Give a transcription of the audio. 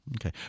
Okay